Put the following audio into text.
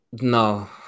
No